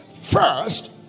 first